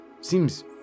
seems